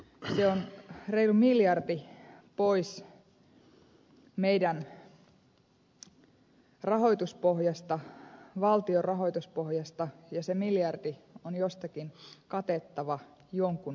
se on reilu miljardi pois meidän rahoituspohjastamme valtion rahoituspohjasta ja se miljardi on jostakin katettava jonkun maksettava